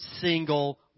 single